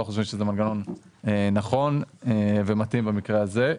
חושבים שזה מנגנון נכון ומתאים במקרה הזה.